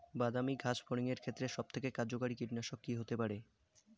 বাদামী গাছফড়িঙের ক্ষেত্রে সবথেকে কার্যকরী কীটনাশক কি হতে পারে?